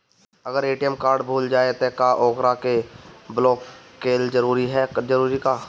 अगर ATM card भूला जाए त का ओकरा के बलौक कैल जरूरी है का?